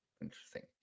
Interesting